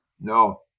No